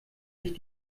ich